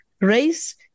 Race